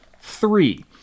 three